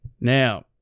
Now